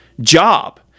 job